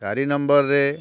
ଚାରି ନମ୍ବର୍ରେ